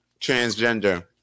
transgender